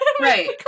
Right